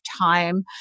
time